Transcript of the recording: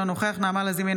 אינו נוכח נעמה לזימי,